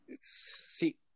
See